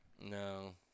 no